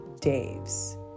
Dave's